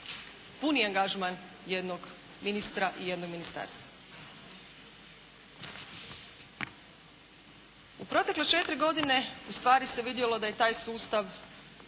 puni angažman jednog ministra i jednog ministarstva. U protekle četiri godine ustvari se vidjelo da je taj sustav